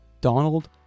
Donald